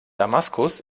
damaskus